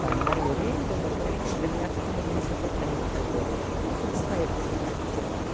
அப்போ அந்தமாதிரி ஒரே இதைவந்து ஒரே மாதிரியாக திரும்ப திரும்ப செஞ்சால் பிள்ளைங்களுக்கு ஃபோர் அடிக்கும் அப்போ புதுசாக எப்படி செய்யலாம்